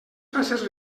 faces